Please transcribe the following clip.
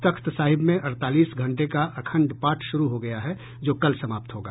तख्त साहिब में अड़तालीस घंटे का अखंड पाठ शुरू हो गया है जो कल समाप्त होगा